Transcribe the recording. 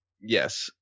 Yes